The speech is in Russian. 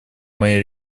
моей